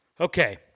Okay